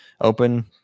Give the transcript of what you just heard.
open